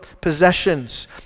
possessions